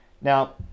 Now